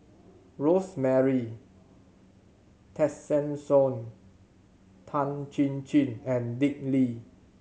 Rosemary Tessensohn Tan Chin Chin and Dick Lee